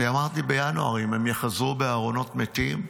אמרתי בינואר, אם הם יחזרו בארונות מתים,